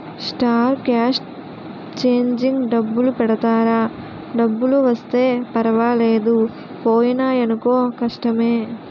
star cast changing డబ్బులు పెడతారా డబ్బులు వస్తే పర్వాలేదు పోయినాయనుకో కష్టమే